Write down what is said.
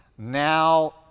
Now